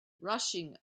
rushing